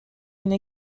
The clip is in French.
une